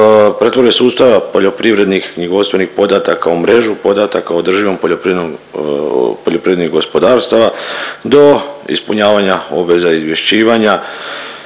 razumije./…sustava poljoprivrednih knjigovodstvenih podataka u mrežu, podataka o održivom poljoprivrednom, poljoprivrednih gospodarstava do ispunjavanja obveza izvješćivanja,